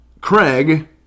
Craig